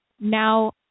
now